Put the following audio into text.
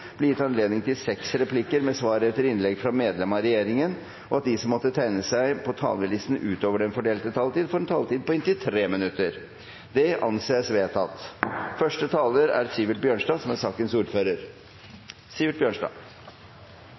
blir gitt anledning til seks replikker med svar etter innlegg fra medlem av regjeringen innenfor den fordelte taletid, og at de som måtte tegne seg på talerlisten utover den fordelte taletid, får en taletid på inntil 3 minutter. – Det anses vedtatt. Det er en viktig dag i dag, og det er